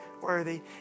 worthy